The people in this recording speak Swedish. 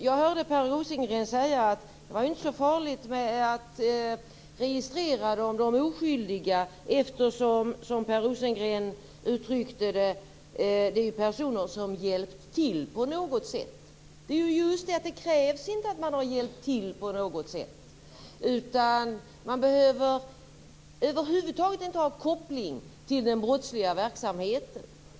Jag hörde Per Rosengren säga att det inte var så farligt att registrera oskyldiga eftersom, som Per Rosengren uttryckte det, det ju är personer som hjälp till på något sätt. Det är just det: Det krävs inte att man har hjälpt till på något sätt! Man behöver över huvud taget inte ha koppling till den brottsliga verksamheten.